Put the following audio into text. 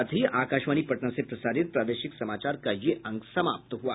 इसके साथ ही आकाशवाणी पटना से प्रसारित प्रादेशिक समाचार का ये अंक समाप्त हुआ